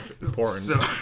Important